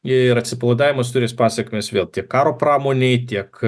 ir atsipalaidavimas turės pasekmes vėl tiek karo pramonei tiek